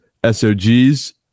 SOG's